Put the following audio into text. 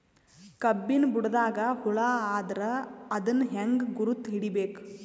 ಕಬ್ಬಿನ್ ಬುಡದಾಗ ಹುಳ ಆದರ ಅದನ್ ಹೆಂಗ್ ಗುರುತ ಹಿಡಿಬೇಕ?